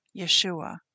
Yeshua